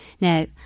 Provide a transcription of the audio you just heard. Now